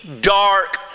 dark